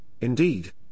indeed